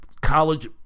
college